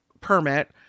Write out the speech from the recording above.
permit